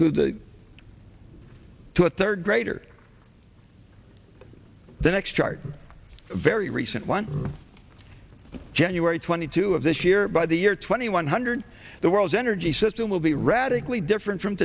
of the two a third grader the next chart very recent one january twenty two of this year by the year twenty one hundred the world's energy system will be radically different from